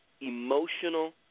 emotional